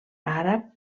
àrab